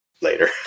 later